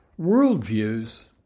worldviews